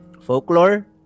folklore